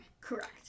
Correct